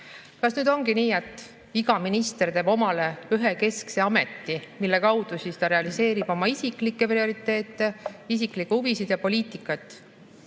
nüüd ongi nii, et iga minister teeb omale ühe keskse ameti, mille kaudu ta realiseerib oma isiklikke prioriteete, isiklikke huvisid ja poliitikat?